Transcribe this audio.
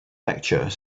lecture